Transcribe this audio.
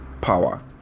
power